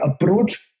approach